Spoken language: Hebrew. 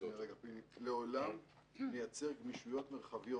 לעולם נייצר גמישויות מרחביות,